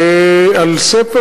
על ספר